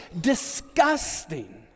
disgusting